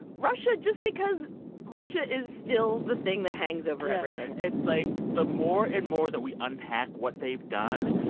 russia just because russia is still the thing that hangs over everything it's like the more and more that we unpack what they've done,